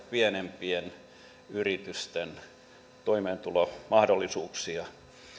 pienempien yritysten toimeentulomahdollisuuksia